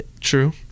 true